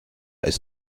ist